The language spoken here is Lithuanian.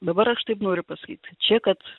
dabar aš taip noriu pasakyt čia kad